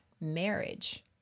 marriage